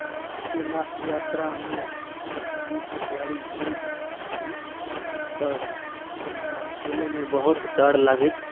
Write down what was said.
हँ अकेला यात्रामे हम एक बारि गेल छी पर हमरा अकेलेमे बहुत डर लागैत